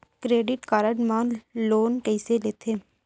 Credit card मा loan कइसे लेथे?